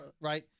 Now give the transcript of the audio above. right